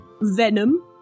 Venom